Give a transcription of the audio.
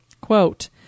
quote